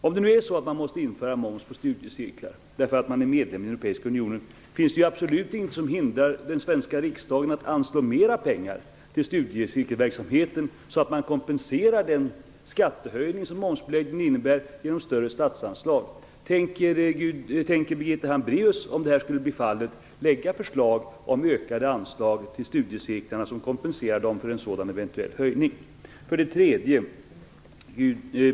Om man nu måste införa moms på studiecirklar därför att man är medlem i den europeiska unionen, finns det ingenting som hindrar den svenska riksdagen att anslå mera pengar till studiecirkelverksamheten, för att kompensera den skattehöjning som momsbeläggning innebär. Tänker Birgitta Hambraeus, om detta skulle bli fallet, lägga fram förslag om ökade anslag till studiecirklarna, som kompenserar dem för en sådan eventuell höjning? Min tredje fråga gäller följande.